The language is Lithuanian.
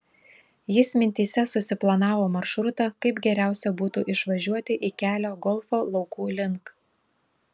jis mintyse susiplanavo maršrutą kaip geriausia būtų išvažiuoti į kelią golfo laukų link